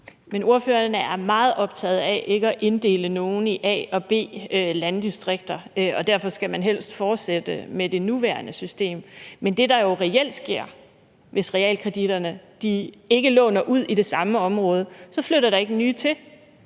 Ordføreren er meget optaget af ikke at inddele nogen i A- og B-landdistrikter, og derfor skal man helst fortsætte med det nuværende system. Men det, der jo reelt sker, hvis realkreditinstitutterne ikke låner ud i det samme område, er, at der så ikke flytter